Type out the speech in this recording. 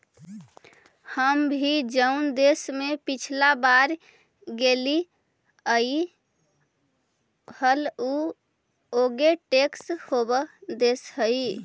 हम भी जऊन देश में पिछला बार गेलीअई हल ऊ एगो टैक्स हेवन देश हलई